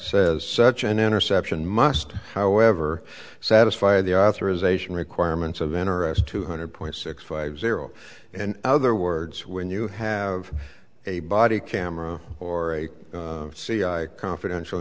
says such an interception must however satisfy the authorization requirements of an arrest two hundred point six five zero and other words when you have a body camera or a c i confidential